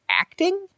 acting